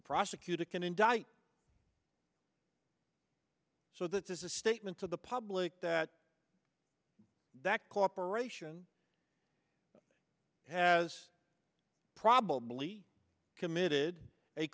a prosecutor can indict so this is a statement to the public that that corporation has probably committed a